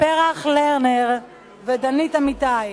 פרח לרנר ודנית אמיתי,